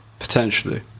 Potentially